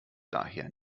daher